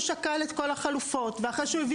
וא שקל את כל החלופות ואחרי שהוא הביא